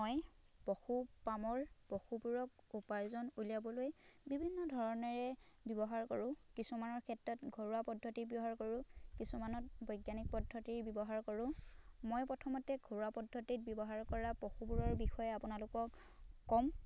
মই পশুপামৰ পশুবোৰক উপাৰ্জন উলিয়াবলৈ বিভিন্ন ধৰণেৰে ব্যৱহাৰ কৰোঁ কিছুমানৰ ক্ষেত্ৰত ঘৰুৱা পদ্ধতিৰ ব্যৱহাৰ কৰোঁ কিছুমানত বৈজ্ঞানিক পদ্ধতি ব্যৱহাৰ কৰোঁ মই প্ৰথমতে ঘৰুৱা পদ্ধতিত ব্যৱহাৰ কৰা পশুবোৰৰ বিষয়ে আপোনালোকক ক'ম